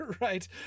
right